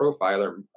Profiler